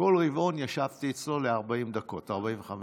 בכל רבעון ישבתי אצלו 40 דקות, 45 דקות.